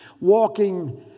walking